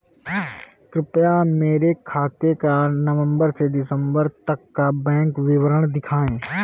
कृपया मेरे खाते का नवम्बर से दिसम्बर तक का बैंक विवरण दिखाएं?